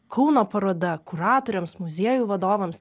kauno paroda kuratoriams muziejų vadovams